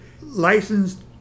Licensed